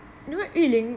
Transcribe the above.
you know yu ling